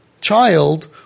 child